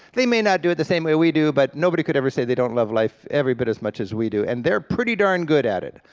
they may not do it the same way we do, but nobody could ever say they don't love life every bit as much as we do, and they're pretty darn good at it.